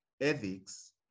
ethics